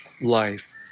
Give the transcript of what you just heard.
life